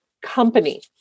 company